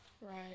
Right